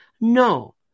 No